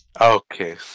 Okay